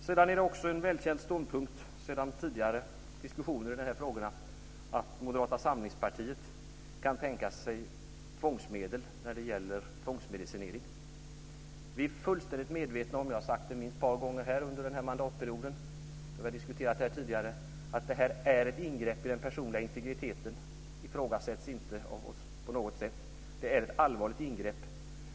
Det är också en välkänd ståndpunkt sedan tidigare diskussioner i de här frågorna att Moderata samlingspartiet kan tänka sig tvångsmedel när det gäller tvångsmedicinering. Vi är fullständigt medvetna om, och jag har sagt det minst ett par gånger under den här mandatperioden då vi har diskuterat detta tidigare, att det här är ingrepp i den personliga integriteten. Det ifrågasätts inte på något sätt av oss. Det är ett allvarligt ingrepp.